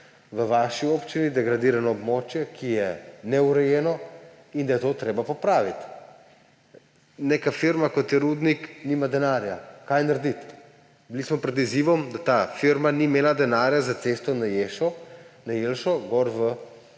v vaši občini degradirano območje, ki je neurejeno, in da je to treba popraviti. Neka firma, kot je Rudnik, nima denarja. Kaj narediti? Bili smo pred izzivom, da ta firma ni imela denarja za cesto na Leši v